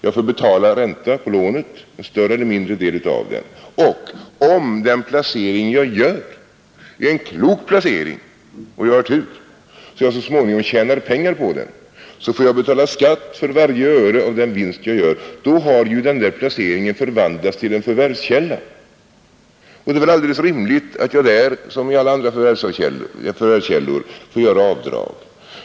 Jag får betala ränta — en större eller mindre del av den — och om den placering jag gör är en klok placering och jag har tur så att jag så småningom tjänar pengar på den, får jag betala skatt för varje öre av den vinst jag gör. Då har ju placeringen förvandlats till en förvärvskälla. Det är väl alldeles rimligt att jag där som vid alla andra förvärvskällor får göra avdrag.